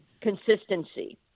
consistency